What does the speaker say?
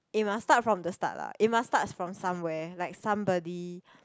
it must start from the start lah it must start from somewhere like somebody